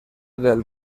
del